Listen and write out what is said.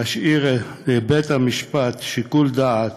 להשאיר לבית-המשפט שיקול דעת